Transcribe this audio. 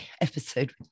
episode